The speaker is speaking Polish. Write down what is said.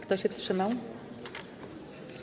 Kto się wstrzymał?